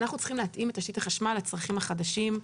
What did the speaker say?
אנחנו צריכים להתאים את תשתית החשמל לצרכים החדשים.